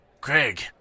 Craig